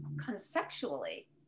conceptually